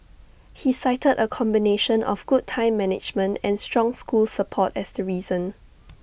he cited A combination of good time management and strong school support as the reason